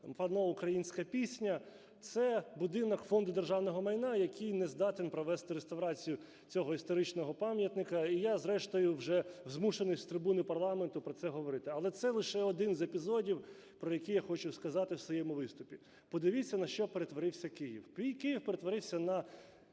Панно "Українська пісня". Це будинок Фонду державного майна, який не здатен провести реставрацію цього історичного пам'ятника. І я зрештою вже змушений з трибуни парламенту про це говорити. Але це лише один з епізодів, про який я хочу сказати в своєму виступі. Подивіться, на що перетворився Київ. Мій Київ перетворився на